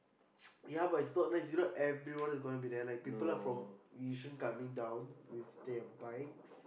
yeah but it's not nice you know everyone is going to be there like people are from Yishun coming down with their bikes